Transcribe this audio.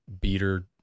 beater